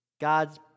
God's